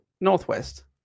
northwest